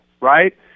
right